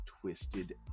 twisted